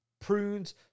Prunes